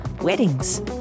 weddings